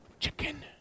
chicken